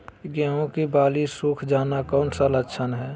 गेंहू की बाली सुख जाना कौन सी लक्षण है?